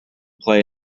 play